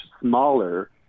smaller